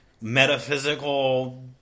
metaphysical